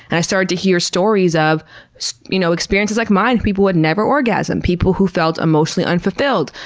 and i started to hear stories of you know experiences like mine. people who had never orgasmed, people who felt emotionally unfulfilled,